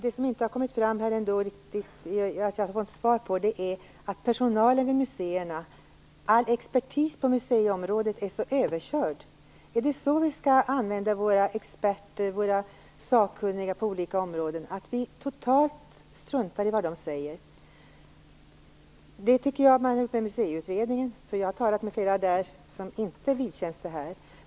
Det som inte har kommit fram riktigt och som jag inte har fått svar på gäller personalen vid museerna, att all expertis på museiområdet är så överkörd. Är det så vi skall använda våra experter, våra sakkunniga på olika områden, att vi totalt struntar i vad de säger? Det tycker jag att man upplever när det gäller Museiutredningen. Jag har talat med flera personer som inte vidkänns detta.